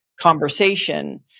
conversation